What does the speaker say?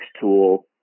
tool